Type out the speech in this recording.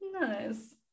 Nice